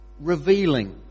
revealing